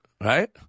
right